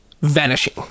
vanishing